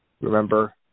remember